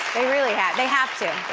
they really have, they have to.